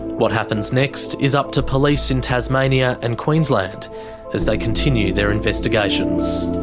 what happens next is up to police in tasmania and queensland as they continue their investigations.